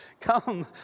Come